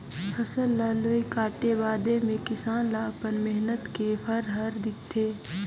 फसल ल लूए काटे बादे मे किसान ल अपन मेहनत के फर हर दिखथे